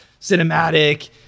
cinematic